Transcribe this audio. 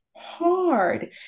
hard